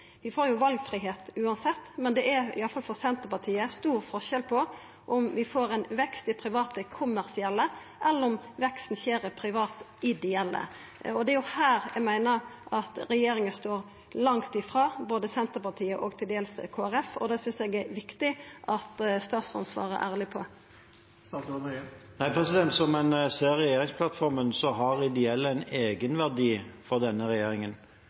Vi får jo valfridom uansett, men det er, i alle fall for Senterpartiet, stor forskjell på om vi får ein vekst i private kommersielle, eller om veksten skjer i private ideelle. Det er her eg meiner at regjeringa står langt frå både Senterpartiet og til dels Kristeleg Folkeparti, og det synest eg er viktig at statsråden svarer ærleg på. Som en ser i regjeringsplattformen, har ideelle en egenverdi for denne